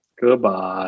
goodbye